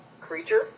creature